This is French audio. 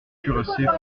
cuirassier